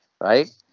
right